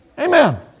Amen